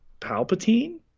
Palpatine